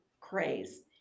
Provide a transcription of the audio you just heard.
craze